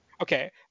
Okay